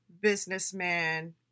businessman